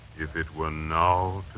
if it were now